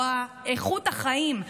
או איכות החיים,